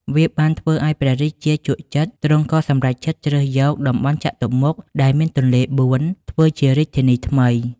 វាបានធ្វើឱ្យព្រះរាជាជក់ចិត្ត ទ្រង់ក៏សម្រេចចិត្តជ្រើសយក តំបន់ចតុមុខ ដែលមានទន្លេបួន ធ្វើជារាជធានីថ្មី ។